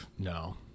No